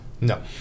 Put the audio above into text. No